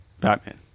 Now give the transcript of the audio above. Batman